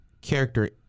character